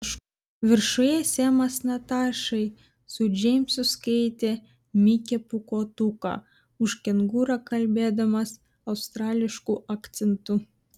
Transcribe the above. viršuje semas natašai su džeimsu skaitė mikę pūkuotuką už kengūrą kalbėdamas australišku akcentu